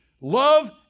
love